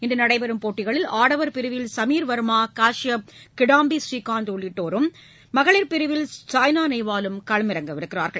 இன்று நடைபெறும் போட்டிகளில் ஆடவர் பிரிவில் சமிர் வர்மா கஷ்யப் கிடாம்பி ஸ்ரீநாத் உள்ளிட்டோரும் மகளிர் பிரிவில் சாய்னா நேவாலும் களமிறங்க உள்ளனர்